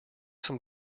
some